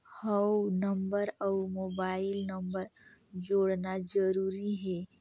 हव नंबर अउ mobile number जोड़ना जरूरी हे?